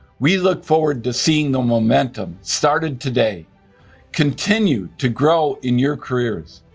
we look forward to seeing the momentum started today continue to grow in your careers.